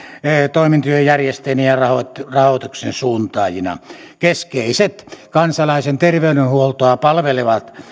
toimintojen järjestäjänä ja rahoituksen suuntaajana keskeiset kansalaisen terveydenhuoltoa palvelevat